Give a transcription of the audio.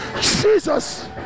Jesus